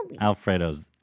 Alfredo's